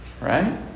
Right